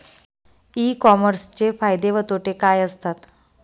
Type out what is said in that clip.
E कॉमर्सचे फायदे व तोटे काय असतात?